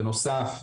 בנוסף,